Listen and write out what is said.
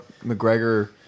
McGregor